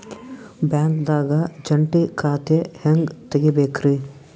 ಬ್ಯಾಂಕ್ದಾಗ ಜಂಟಿ ಖಾತೆ ಹೆಂಗ್ ತಗಿಬೇಕ್ರಿ?